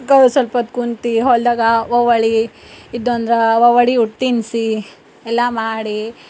ಸ್ವಲ್ಪೊತ್ತು ಕುಂತು ಹೊಲದಾಗ ವ ಒಲೆ ಇದ್ದೊನ್ರ ವ ಒಲೆ ಊಟ ತಿನ್ನಿಸಿ ಎಲ್ಲ ಮಾಡಿ